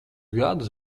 gadus